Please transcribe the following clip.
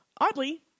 oddly